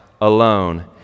alone